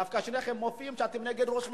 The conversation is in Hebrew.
דווקא שניכם מופיעים, שאתם נגד ראש הממשלה.